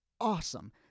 awesome